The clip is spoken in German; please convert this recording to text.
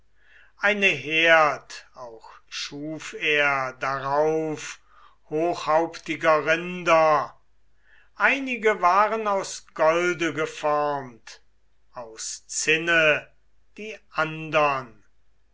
eine herd auch schuf er darauf hochhauptiger rinder einige waren aus golde geformt ans zinne die andern